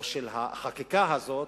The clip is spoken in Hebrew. או של החקיקה הזאת,